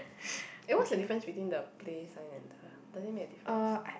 eh what's the difference between the play sign and the does it make a difference